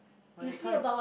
by the time